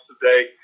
today